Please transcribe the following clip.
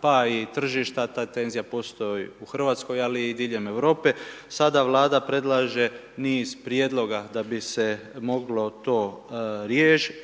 pa i tržišta. Ta tenzija postoji u Hrvatskoj, ali i diljem Europe. Sada Vlada predlaže niz prijedloga, da bi se moglo to